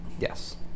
yes